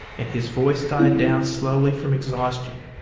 and his voice died down slowly from exhaustion.